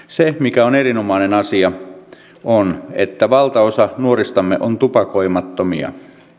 se mikä on erinomainen asia on että valtaosa nuoristamme on tupakoimattomia